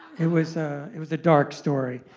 it was ah it was a dark story.